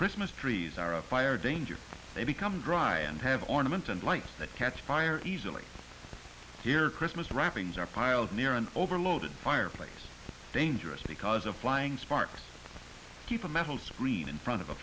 christmas trees are a fire danger they become dry and have ornaments and lights that catch fire easily here christmas wrappings are piled near an overloaded fireplace dangerous because of flying sparks keep a metal screen in front of a